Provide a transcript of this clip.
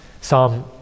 Psalm